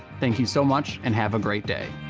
thank you so much and have a great day.